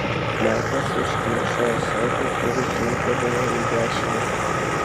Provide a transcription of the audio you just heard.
maiklas užkimšo ąsotį ir žingtelėjo į dešinę